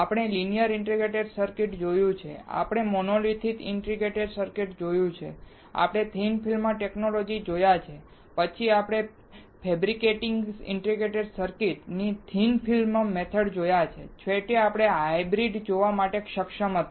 આપણે linear integrated circuit જોયું છે આપણે મોનોલિથિક ઇન્ટિગ્રેટેડ સર્કિટ જોયું છે આપણે થિન ફિલ્મ ટેકનોલોજી જોયા છે પછી આપણે ફેબ્રેટીંગ ઇન્ટિગ્રેટેડ સર્કિટની થીક ફિલ્મ મેથડ જોયા છેવટે આપણે હાઇબ્રીડ જોવા માટે સક્ષમ હતા